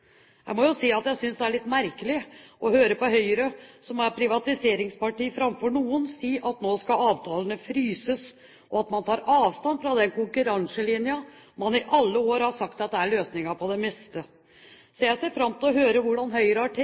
Jeg må jo si at jeg synes det er litt merkelig å høre Høyre, som er privatiseringspartiet framfor noen, si at nå skal avtalene fryses og at man tar avstand fra den konkurranselinjen man i alle år har sagt er løsningen på det meste. Jeg ser fram til å høre hvordan Høyre har tenkt